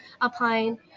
applying